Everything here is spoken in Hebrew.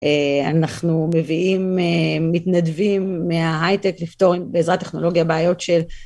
אנחנו מביאים מתנדבים מההייטק לפתור בעזרת טכנולוגיה בעיות של